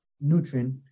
nutrient